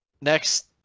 next